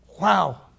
Wow